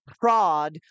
prod